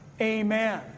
amen